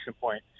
point